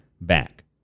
back